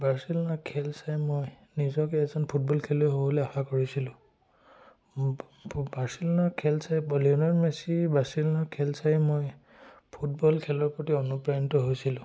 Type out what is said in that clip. বাৰ্চেলোনাৰ খেল চাই মই নিজকে এজন ফুটবল খেলুৱৈ হ'বলৈ আশা কৰিছিলোঁ বাৰ্চেলোনাৰ খেল চাই বা লিঅ'নেল মেছিৰ বাৰ্চেলোনাৰ খেল চায়েই মই ফুটবল খেলৰ প্ৰতি অনুপ্ৰাণিত হৈছিলোঁ